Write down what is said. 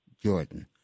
Jordan